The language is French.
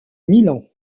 milan